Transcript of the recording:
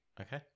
Okay